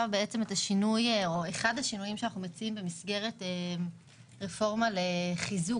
אחד השינויים שאנחנו מציעים במסגרת רפורמה לחיזוק